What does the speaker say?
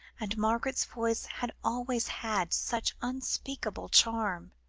and margaret's voice had always had such unspeakable charm.